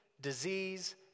disease